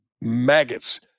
maggots